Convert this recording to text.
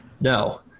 No